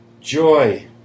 joy